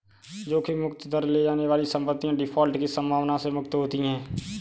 जोखिम मुक्त दर ले जाने वाली संपत्तियाँ डिफ़ॉल्ट की संभावना से मुक्त होती हैं